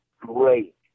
great